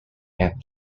and